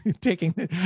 taking